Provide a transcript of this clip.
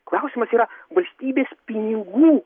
klausimas yra valstybės pinigų